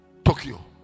Tokyo